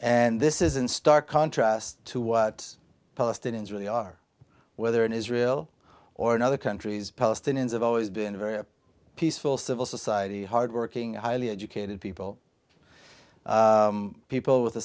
and this is in stark contrast to what palestinians really are whether in israel or in other countries palestinians have always been very peaceful civil society hard working highly educated people people with a